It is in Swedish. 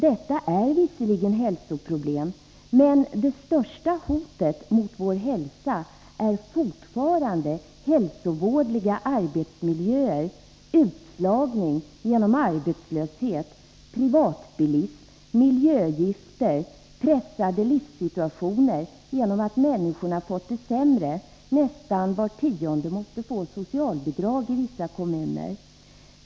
Detta är visserligen hälsoproblem, men de största hoten mot vår hälsa är fortfarande hälsovådliga arbetsmiljöer, utslagning genom arbetslöshet, privatbilism, miljögifter, pressade livssituationer på grund av att människor fått det sämre — nästan var tionde invånare måste få socialbidrag i vissa kommuner.